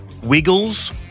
Wiggles